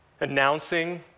Announcing